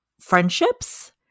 friendships